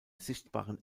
sichtbaren